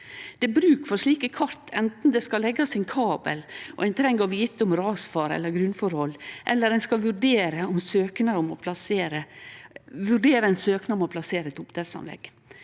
er bruk for slike kart anten ein skal leggje ein kabel og treng å vite om rasfare eller grunnforhold, eller ein skal vurdere ein søknad om å plassere eit oppdrettsanlegg.